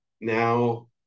now